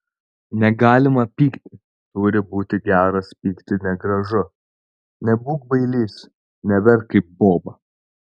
negalima pykti turi būti geras pykti negražu nebūk bailys neverk kaip boba